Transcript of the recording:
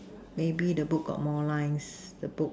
maybe the book got more lines the book